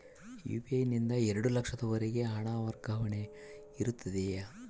UPI ನಿಂದ ಎರಡು ಲಕ್ಷದವರೆಗೂ ಹಣ ವರ್ಗಾವಣೆ ಇರುತ್ತದೆಯೇ?